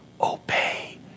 Obey